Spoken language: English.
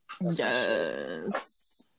Yes